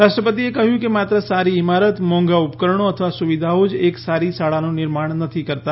રાષ્ટ્રપતિએ કહ્યું કે માત્ર સારી ઇમારત મોંઘા ઉપકરણો અથવા સુવિધાઓ જ એક સારી શાળાનું નિર્માણ નથી કરતી